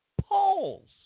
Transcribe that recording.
Polls